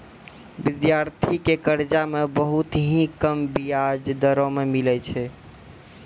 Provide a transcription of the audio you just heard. विद्यार्थी के कर्जा मे बहुत ही कम बियाज दरों मे मिलै छै